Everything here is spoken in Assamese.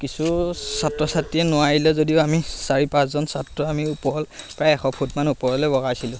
কিছু ছাত্ৰ ছাত্ৰীয়ে নোৱাৰিলে যদিও আমি চাৰি পাঁচজন ছাত্ৰ আমি ওপৰৰ প্ৰায় এশ ফুটমান ওপৰলৈ বগাইছিলোঁ